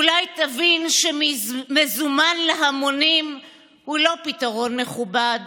אולי תבין שמזומן להמונים הוא לא פתרון מכובד